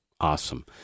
Awesome